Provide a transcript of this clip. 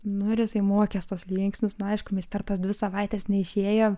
nu ir jisai mokės tuos linksnius nu aišku mes per tas dvi savaites neišėjo